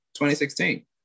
2016